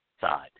side